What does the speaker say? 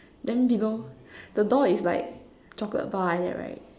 then below the door is like chocolate bar like that right